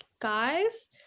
Guys